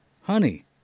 honey